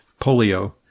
polio